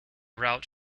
routes